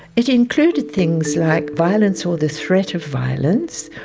it included things like violence or the threat of violence,